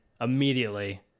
immediately